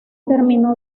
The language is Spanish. terminó